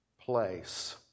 place